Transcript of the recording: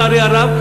לצערי הרב,